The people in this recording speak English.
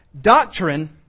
doctrine